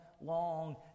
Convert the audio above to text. long